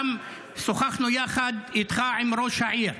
גם שוחחנו איתך יחד עם ראש העיר.